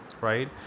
right